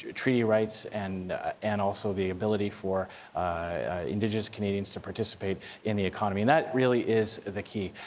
treaty rights and and also the ability for indigenous canadians to participate in the economy. that really is the key.